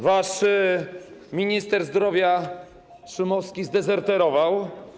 Wasz minister zdrowia, Szumowski, zdezerterował.